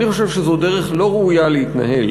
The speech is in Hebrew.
אני חושב שזו דרך לא ראויה להתנהל.